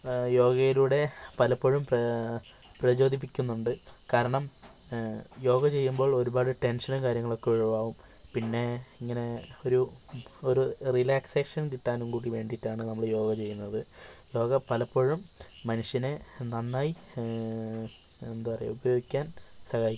യോഗയിലൂടെ പലപ്പോഴും പ്രചോദിപ്പിക്കുന്നുണ്ട് കാരണം യോഗ ചെയ്യുമ്പോൾ ഒരുപാട് ടെൻഷനും കാര്യങ്ങളൊക്കെ ഒഴിവാവും പിന്നെ ഇങ്ങനെ ഒരു ഒരു റിലാക്സേഷൻ കിട്ടാനും കൂടി വേണ്ടിയിട്ടാണ് നമ്മൾ യോഗ ചെയ്യുന്നത് യോഗ പലപ്പോഴും മനുഷ്യനെ നന്നായി എന്താ പറയുക ഉപയോഗിക്കാൻ സഹായിക്കുന്നു